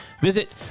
Visit